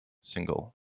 single